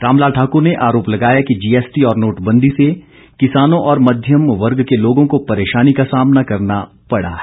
रामलाल ठाकुर ने आरोप लगाया कि जीएसटी और नोटबंदी से किसानों और मध्यम वर्ग के लोगों को परेशानी का सामना करना पड़ा है